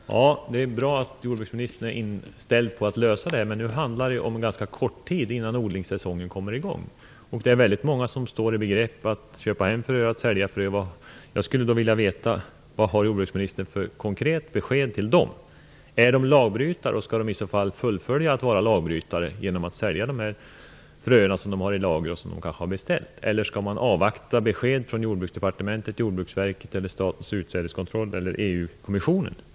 Fru talman! Det är bra att jordbruksministern är inställd på att lösa det här. Nu dröjer det emellertid inte länge innan odlingssäsongen kommer i gång. Väldigt många människor står i begrepp att köpa hem frö och att sälja frö. Vad har jordbruksministern för konkret besked till dem? Är de lagbrytare och skall de i så fall fullfölja att vara det genom att sälja de fröer som de har beställt och har i lager? Eller skall de avvakta besked från Jordbruksdepartementet, Jordbruksverket, Statens utsädeskontroll eller EU-kommissionen?